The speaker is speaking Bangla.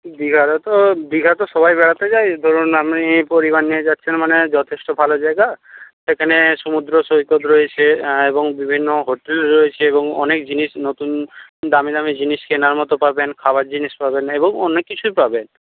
দীঘাতে তো দীঘা তো সবাই বেড়াতে যায় ধরুন আপনি পরিবার নিয়ে যাচ্ছেন মানে যথেষ্ট ভালো জায়গা সেখানে সমুদ্র সৈকত রয়েছে এবং বিভিন্ন হোটেল রয়েছে এবং অনেক জিনিস নতুন দামি দামি জিনিস কেনার মতো পাবেন খাবার জিনিস পাবেন এবং অনেক কিছুই পাবেন